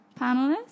panelists